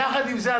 יחד עם זה,